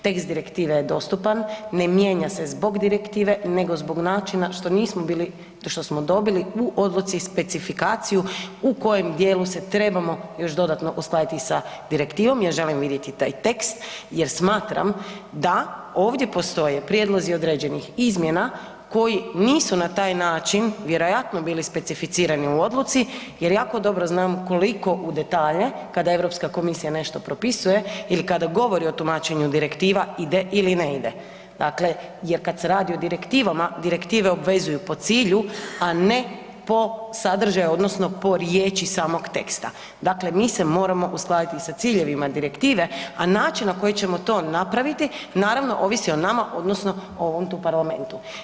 Tekst direktive je dostupan, ne mijenja se zbog direktive nego zbog načina što nismo bili te što smo dobili u odluci specifikaciju u kojem djelu se trebamo još dodatno uskladiti sa direktivom jer želim vidjeti taj tekst jer smatram da ovdje postoje prijedlozi određenih izmjena koji nisu na taj način vjerojatno bili specificirani u odluci jer jako dobro znam koliko u detalje kada Europska komisija nešto propisuje ili kada govorim o tumačenju direktiva, ide ili ne ide, dakle jer kad se o direktivama, direktive obvezuju po cilju a ne po sadržaju odnosno po riječi samog teksta, dakle mi se moramo uskladiti sa ciljevima direktive a način na koji ćemo to napraviti naravno ovisi o nama odnosno o ovom tu parlamentu.